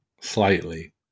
Slightly